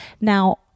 Now